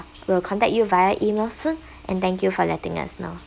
we'll contact you via email soon and thank you for letting us know